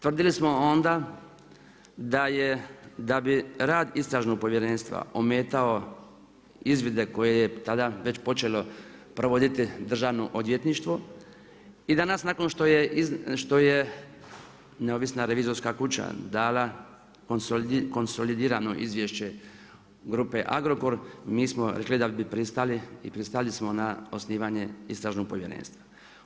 Tvrdili smo onda da bi rad istražnog povjerenstva ometao izvide koje je tada već počelo provoditi državno odvjetništvo i danas nakon što je, neovisna revizorska kuća dala konsolidirano izvješće grupe Agrokor, mi smo rekli da bi pristali i pristali smo na osnivanje istražnog povjerenstva.